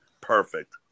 Perfect